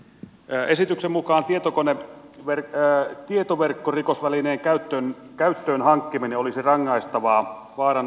esityksen mukaan tietoverkkorikosvälineen käyttöön hankkiminen olisi rangaistavaa vaaran ai heuttamisena tietojenkäsittelylle